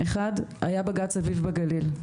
אחד היה בגץ אביב בגליל,